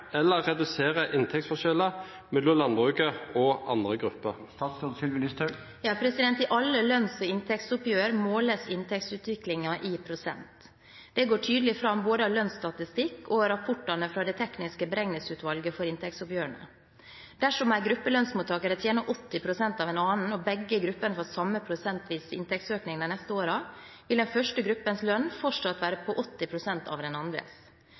eller redusere inntektsforskjellene mellom landbruket og andre grupper?» I alle lønns- og inntektsoppgjør måles inntektsutviklingen i prosent. Det går tydelig fram både av lønnsstatistikk og rapportene fra Det tekniske beregningsutvalget for inntektsoppgjørene. Dersom en gruppe lønnsmottagere tjener 80 pst. av en annen, og begge gruppene får samme prosentvise inntektsøkning de neste årene, vil den første gruppens lønn fortsatt være på 80 pst. av den